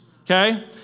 okay